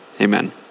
amen